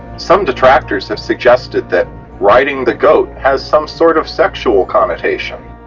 some detractors have suggested that riding the goat has some sort of sexual connotation.